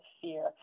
fear